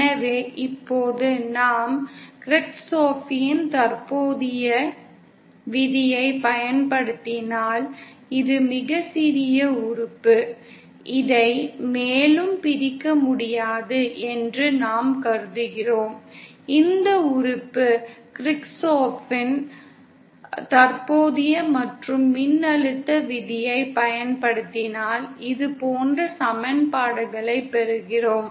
எனவே இப்போது நாம் கிர்ச்சோப்பின் தற்போதைய விதியை பயன்படுத்தினால் இது மிகச் சிறிய உறுப்பு இதை மேலும் பிரிக்க முடியாது என்று நாம் கருதுகிறோம் இந்த உறுப்பு கிர்ச்சோப்பின் தற்போதைய மற்றும் மின்னழுத்த விதியை பயன்படுத்தினால் இது போன்ற சமன்பாடுகளைப் பெறுகிறோம்